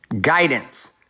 Guidance